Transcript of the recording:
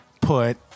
put